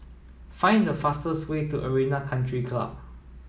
find the fastest way to Arena Country Club